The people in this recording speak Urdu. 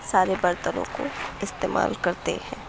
سارے برتنوں کو استعمال کرتے ہیں